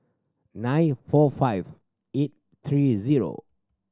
nine four five eight three zero